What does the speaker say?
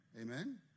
amen